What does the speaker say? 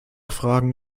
fragen